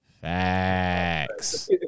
facts